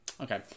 okay